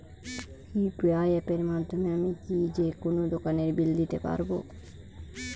UPI অ্যাপের মাধ্যমে আমি কি যেকোনো দোকানের বিল দিতে পারবো?